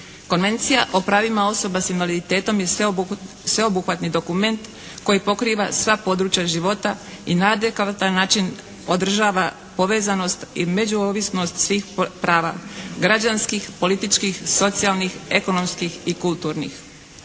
Konvencija o pravima osoba s invaliditetom je sveobuhvatni dokument koji pokriva sva područja života i na adekvatan način održava povezanost i međuovisnost svih prava građanskih, političkih, socijalnih, ekonomskih i kulturnih.